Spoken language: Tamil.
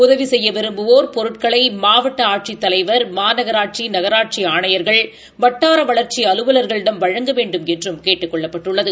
உதவி செய்ய விரும்புவோர் பொருட்களை மாவட்ட ஆட்சித் தலைவர் மாநகராட்சி நகராட்சி ஆணையர்கள் வட்டார வளர்ச்சி அலுவலர்களிடம் வழங்க வேண்டுமென்றும் கேட்டுக் கொள்ளப்பட்டுள்ளது